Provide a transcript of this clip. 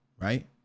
right